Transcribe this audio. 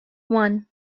one